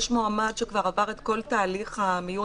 יש מועמד שעבר כבר את כל תהליך המיון